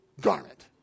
garment